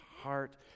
heart